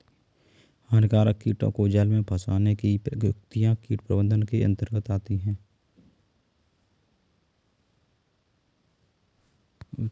हानिकारक कीटों को जाल में फंसने की युक्तियां कीट प्रबंधन के अंतर्गत आती है